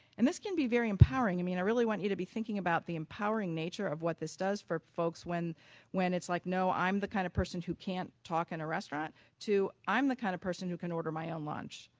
and this can be very empowering. i mean i really want you to be thinking about the empowering nature of what this does for folks when when it's like no, i'm the kind of person who can't talk in a restaurant to, i'm the kind of person who can order my own lunch.